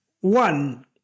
one